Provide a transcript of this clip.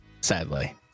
sadly